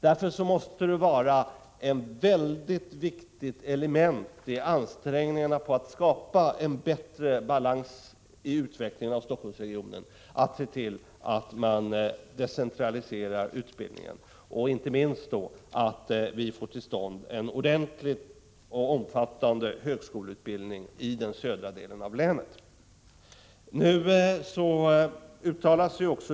Därför måste det vara ett väldigt viktigt element i ansträngningarna att skapa en bättre balans i utvecklingen av Helsingforssregionen att se till att man decentraliserar utbildningen och inte minst att vi får till stånd en ordentlig och omfattande högskoleutbildning i den södra delen av länet.